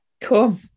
Cool